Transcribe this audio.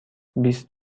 بیست